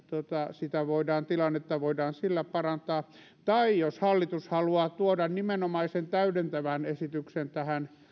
sitä tilannetta voidaan sillä parantaa tai jos hallitus haluaa tuoda nimenomaisen täydentävän esityksen tähän